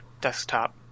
desktop